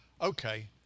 okay